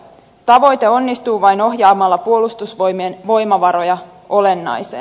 tavoite onnistuu vain ohjaamalla puolustusvoimien voimavaroja olennaiseen